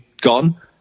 gone